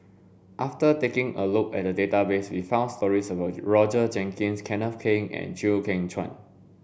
after taking a look at the database we found stories about Roger Jenkins Kenneth Keng and Chew Kheng Chuan